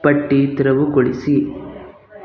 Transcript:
ಪಟ್ಟಿ ತೆರವುಗೊಳಿಸಿ